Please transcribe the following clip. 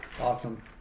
awesome